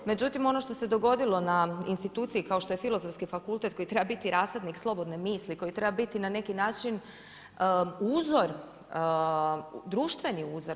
Međutim, ono što se dogodilo na instituciji kao što je Filozofski fakultet koji treba biti rasadnik slobodne misli, koji treba biti na neki način uzor društveni uzor.